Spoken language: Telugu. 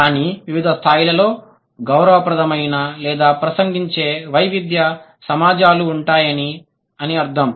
కానీ వివిధ స్థాయిలలో గౌరవప్రదమైన లేదా ప్రసంగించే వైవిధ్య సమాజాలు ఉంటాయని అని అర్థం